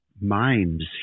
minds